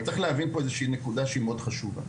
אבל צריך להבין פה איזו שהיא נקודה שהיא מאוד מאוד חשובה,